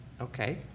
Okay